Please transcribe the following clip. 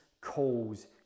calls